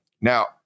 Now